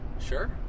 Sure